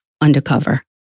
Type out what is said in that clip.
undercover